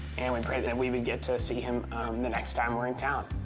and we pray that we would get to see him the next time we're in town.